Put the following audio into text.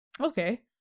Okay